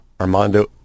Armando